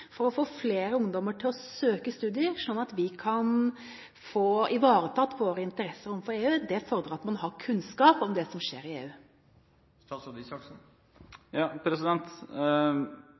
for å få flere ungdommer til å søke studier, sånn at vi kan få ivaretatt våre interesser overfor EU. Det fordrer at man har kunnskap om det som skjer i EU.